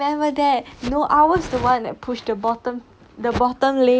I remember that no ours is the one that pushed the bottom the bottom lane